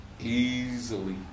Easily